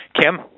Kim